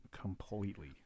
completely